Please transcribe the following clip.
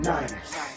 Niners